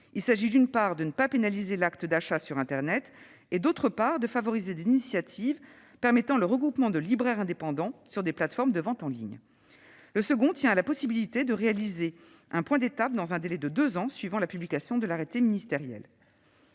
Il s'agit, d'une part, de ne pas pénaliser l'acte d'achat sur internet et, d'autre part, de favoriser des initiatives permettant le regroupement de libraires indépendants sur des plateformes de vente en ligne. Le second tient à la possibilité de réaliser un point d'étape dans un délai de deux ans suivant la publication de l'arrêté interministériel.